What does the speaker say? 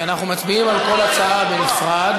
אנחנו מצביעים על כל הצבעה בנפרד.